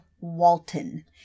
Walton